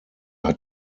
hat